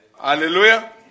Hallelujah